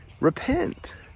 repent